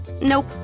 Nope